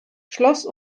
schloss